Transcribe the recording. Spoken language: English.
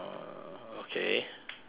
okay your turn